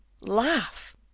Laugh